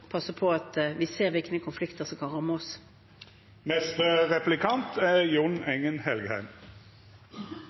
passe på at vi ser hvilke konflikter som kan ramme